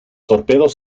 torpedos